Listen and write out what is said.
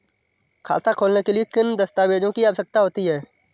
खाता खोलने के लिए किन दस्तावेजों की आवश्यकता होती है?